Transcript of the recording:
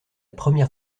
première